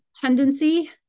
tendency